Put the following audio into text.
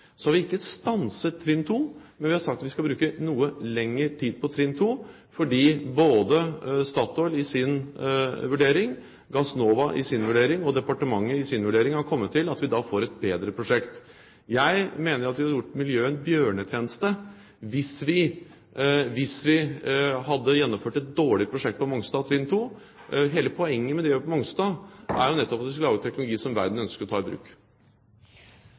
Vi har ikke stanset trinn 2, men vi har sagt at vi skal bruke noe lengre tid på trinn 2, fordi både Statoil i sin vurdering, Gassnova i sin vurdering og departementet i sin vurdering har kommet til at vi da får et bedre prosjekt. Jeg mener at vi hadde gjort miljøet en bjørnetjeneste hvis vi hadde gjennomført et dårlig prosjekt på Mongstad, trinn 2. Hele poenget med det vi gjør på Mongstad, er nettopp at vi skal lage en teknologi som verden ønsker å ta i bruk.